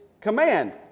command